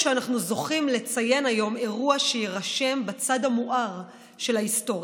אשרינו שאנחנו זוכים לציין היום אירוע שיירשם בצד המואר של ההיסטוריה.